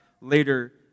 later